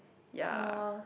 ya